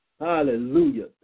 Hallelujah